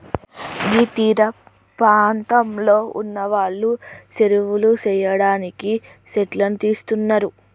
గీ తీరపాంతంలో ఉన్నవాళ్లు సెరువులు సెయ్యడానికి సెట్లను తీస్తున్నరు